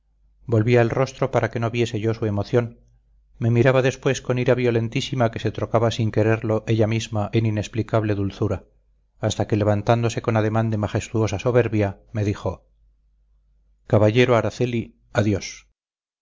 volvía el rostro para que no viese yo su emoción me miraba después con ira violentísima que se trocaba sin quererlo ella misma en inexplicable dulzura hasta que levantándose con ademán de majestuosa soberbia me dijo caballero araceli adiós